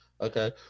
Okay